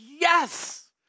yes